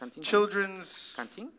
Children's